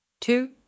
Two